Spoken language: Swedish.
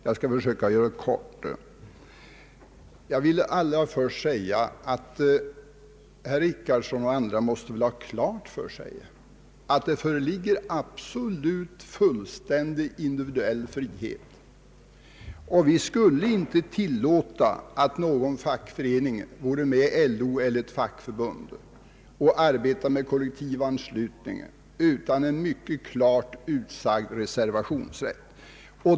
Jag skall försöka fatta mig kort. Herr Richardson och andra måste väl ha klart för sig att det föreligger absolut och fullständig individuell frihet. Vi skulle inte tillåta att någon fackförening vore med i LO eller något fackförbund och arbetade med kollektivanslutning utan en mycket klart utsagd reservationsrätt.